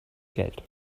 geld